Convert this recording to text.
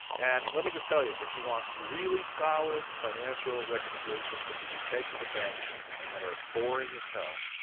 and let me just tell you, if you want really solid financial recommendations that you can take to the bank and that are boring as hell,